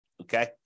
Okay